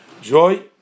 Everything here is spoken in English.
joy